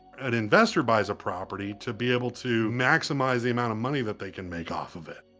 an investor buys a property to be able to maximize the amount of money that they can make off of it.